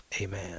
Amen